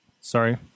Sorry